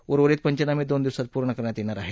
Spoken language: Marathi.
उर्वरित पंचनामे दोन दिवसात पूर्ण करण्यात येणार आहेत